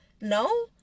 No